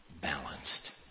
Balanced